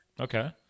Okay